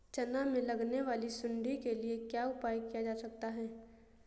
चना में लगने वाली सुंडी के लिए क्या उपाय किया जा सकता है?